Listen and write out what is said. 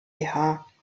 gmbh